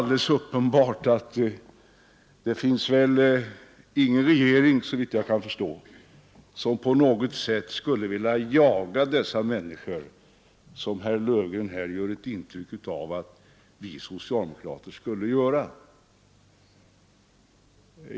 Det finns ingen regering — det är väl alldeles uppenbart — som på något sätt skulle vilja jaga dessa människor så som herr Löfgren vill ge intryck av att socialdemokraterna gör.